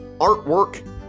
artwork